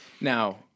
now